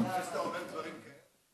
אחרי שאתה אומר דברים כאלה?